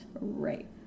Right